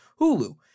Hulu